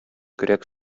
көрәк